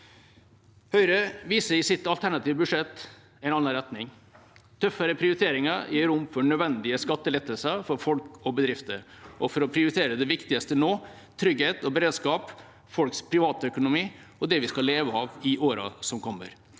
Høyre viser i sitt alternative budsjett en annen retning. Tøffere prioriteringer gir rom for nødvendige skattelettelser for folk og bedrifter, og for å prioritere det viktigste nå – trygghet og beredskap, folks privatøkonomi og det vi skal leve av i årene som kommer.